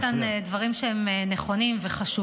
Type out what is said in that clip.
דיברת כאן ואמרת דברים נכונים וחשובים.